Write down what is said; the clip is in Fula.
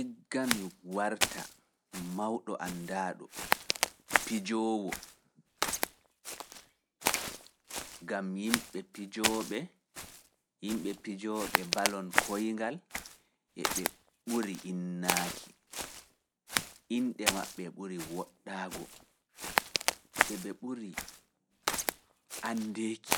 Igga mi warta mawɗo anndaaɗo pijoowo, gam yimɓe pijooɓe bol koyngal e ɓe ɓuri innaaki, inɗe maɓɓe ɓuri woɗɗaago, e ɓe ɓuri anndeeki,